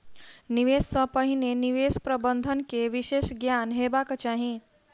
निवेश सॅ पहिने निवेश प्रबंधन के विशेष ज्ञान हेबाक चाही